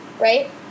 right